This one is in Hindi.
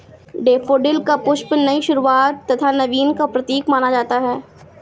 डेफोडिल का पुष्प नई शुरुआत तथा नवीन का प्रतीक माना जाता है